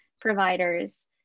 providers